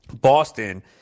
Boston